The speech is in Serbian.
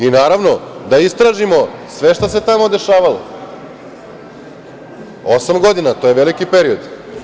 I, naravno, da istražimo sve šta se tamo dešavalo, osam godina, to je veliki period.